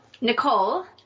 Nicole